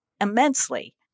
immensely